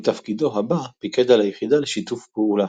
בתפקידו הבא פיקד על היחידה לשיתוף פעולה.